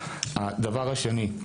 הדבר השני,